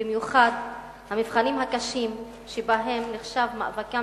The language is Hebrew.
במיוחד המבחנים הקשים שבהם נחשב מאבקם